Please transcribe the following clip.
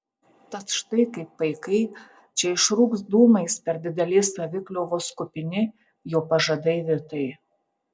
tad štai kaip paikai čia išrūks dūmais per didelės savikliovos kupini jo pažadai vitai